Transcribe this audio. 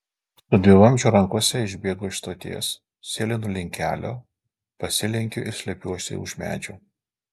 su dvivamzdžiu rankose išbėgu iš stoties sėlinu link kelio pasilenkiu ir slepiuosi už medžių